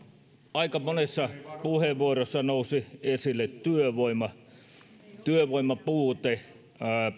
aika monessa puheenvuorossa nousi esille työvoima työvoiman puute